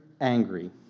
angry